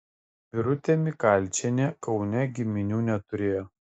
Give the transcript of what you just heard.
birutė mikalčienė kaune giminių neturėjo